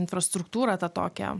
infrastruktūrą tą tokią